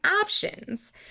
options